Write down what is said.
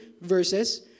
verses